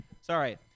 Sorry